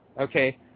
Okay